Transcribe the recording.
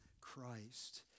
Christ